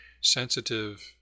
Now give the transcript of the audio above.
sensitive